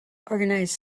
organized